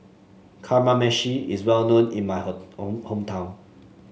kamameshi is well known in my hometown